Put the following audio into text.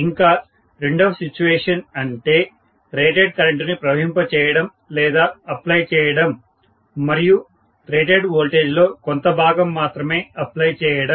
ఇంకా రెండవ సిట్యుయేషన్ అంటే రేటెడ్ కరెంటుని ప్రవహింప చేయడం లేదా అప్లై చేయడం మరియు రేటెడ్ వోోల్టేజ్ లో కొంత భాగం మాత్రమే అప్లై చేయడం